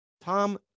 Tom